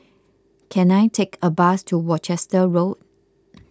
can I take a bus to Worcester Road